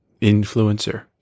influencer